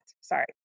Sorry